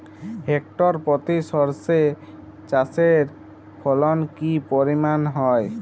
Hectare প্রতি সর্ষে চাষের ফলন কি পরিমাণ হয়?